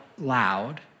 loud